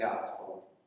gospel